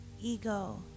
Ego